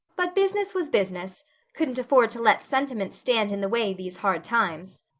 but business was business couldn't afford to let sentiment stand in the way these hard times.